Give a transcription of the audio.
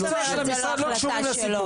גורמי המקצוע של המשרד לא קשורים לסיפור.